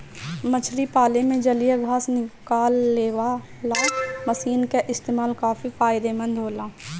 मछरी पाले में जलीय घास निकालेवाला मशीन क इस्तेमाल काफी फायदेमंद होला